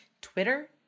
Twitter